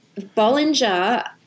Bollinger